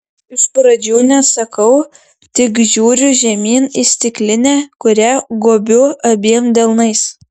iš pradžių neatsakau tik žiūriu žemyn į stiklinę kurią gobiu abiem delnais